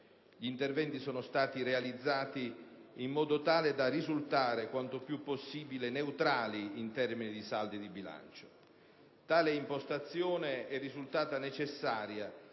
Gli interventi sono stati realizzati in modo tale da risultare quanto più possibile neutrali in termini di saldo di bilancio. Tale impostazione è risultata necessaria